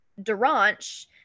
Durant